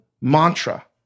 mantra